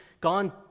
gone